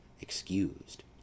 excused